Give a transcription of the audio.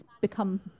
become